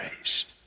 raised